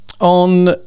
On